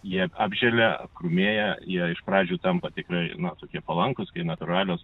jie apželia apkrūmėja jie iš pradžių tampa tikrai na tokie palankūs natūralios